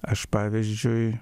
aš pavyzdžiui